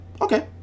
Okay